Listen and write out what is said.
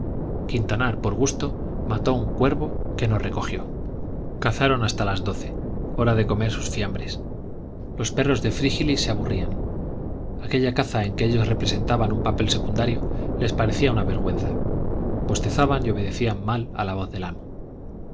quintanar por gusto mató un cuervo que no recogió cazaron hasta las doce hora de comer sus fiambres los perros de frígilis se aburrían aquella caza en que ellos representaban un papel secundario les parecía una vergüenza bostezaban y obedecían mal a la voz del amo